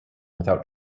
without